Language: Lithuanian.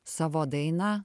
savo dainą